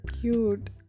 cute